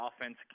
offense